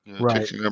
Right